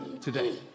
today